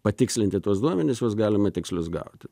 patikslinti tuos duomenis juos galima tikslius gauti